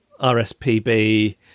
RSPB